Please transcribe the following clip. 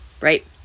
Right